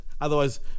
Otherwise